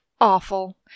awful